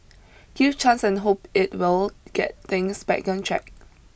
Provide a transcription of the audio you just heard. give chance and hope it will get things back on track